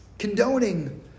condoning